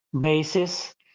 bases